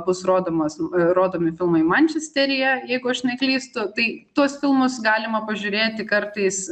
bus rodomas rodomi filmai mančesteryje jeigu aš neklystu tai tuos filmus galima pažiūrėti kartais